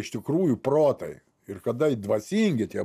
iš tikrųjų protai ir kada i dvasingi tie